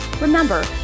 Remember